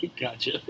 Gotcha